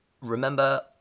Remember